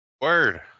Word